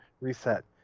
reset